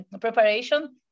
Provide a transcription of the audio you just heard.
preparation